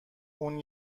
اون